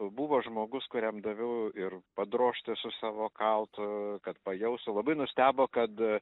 buvo žmogus kuriam daviau ir padrožti su savo kaltu kad pajaustų labai nustebo kad